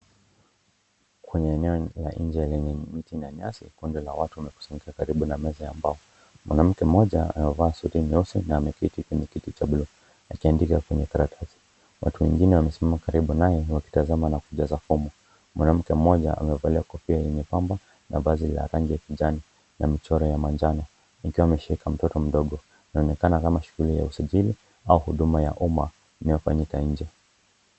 Kwenye eneo la nje lenye miti na nyasi, kundi la watu, wamekusanyika karibu na meza ya mbao, mwanamke mmoja amevaa suti nyeusi, na ameketi kwenye kiti cha buluu, akiandika kwenye karatasi, watu wengine wamesimama karibu naye akitazama na kujaza fomu, mwanamke mmoja amevalia kofia lenye pamba, na vazi la rangi ya kijani, na michoro ya manjano, akiwa ameshika mtoto mdogo, inaonekana kama shughuli ya usajili au huduma ya umma, inayofanyika nje.